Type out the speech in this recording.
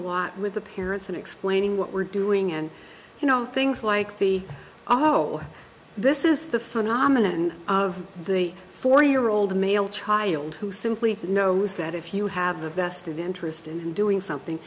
a lot with the parents and explaining what we're doing and you know things like the oh this is the phenomena and of the four year old male child who simply knows that if you have a vested interest in doing something